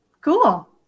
Cool